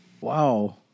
Wow